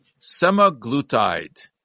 semaglutide